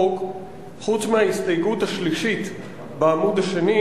חוץ מההסתייגות השלישית בעמוד השני,